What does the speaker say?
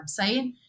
website